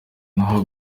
n’aho